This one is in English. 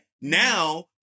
Now